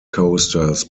coasters